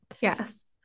Yes